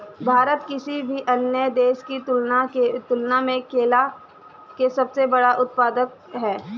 भारत किसी भी अन्य देश की तुलना में केला के सबसे बड़ा उत्पादक ह